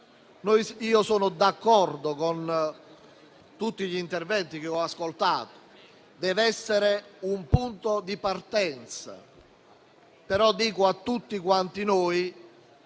fa. Sono d'accordo con tutti gli interventi che ho ascoltato: deve essere un punto di partenza, però, lo ricordo a tutti noi,